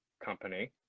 company